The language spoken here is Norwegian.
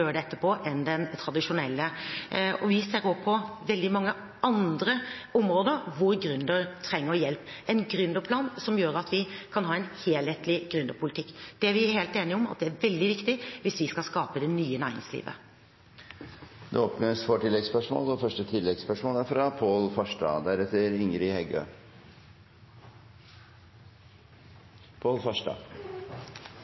enn den tradisjonelle. Vi ser også på veldig mange andre områder hvor gründere trenger hjelp. En gründerplan, som gjør at vi kan ha en helhetlig gründerpolitikk, er vi helt enige om, og det er veldig viktig hvis vi skal skape det nye næringslivet. Det blir gitt anledning til oppfølgingsspørsmål – først Pål Farstad.